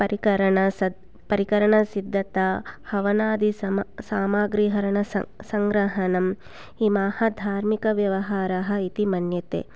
परिकरण स परीकरणसिद्धता हवनादि समा सामग्री स संग्रहनम् इमः धार्मिकव्यवहारः इति मन्यते